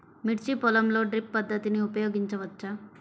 మిర్చి పొలంలో డ్రిప్ పద్ధతిని ఉపయోగించవచ్చా?